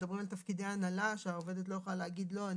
מדברים על תפקידי הנהלה שהעובדת לא יכולה להגיד לא.